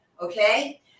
okay